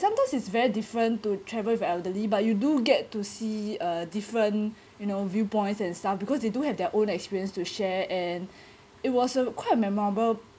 sometimes is very different to travel with elderly but you do get to see a different you know viewpoints and stuff because they do have their own experience to share and it was a quite memorable